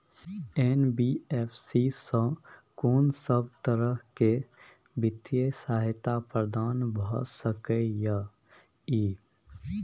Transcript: NBFC स कोन सब तरह के वित्तीय सहायता प्रदान भ सके इ? इ